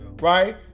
right